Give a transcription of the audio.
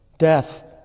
death